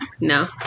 No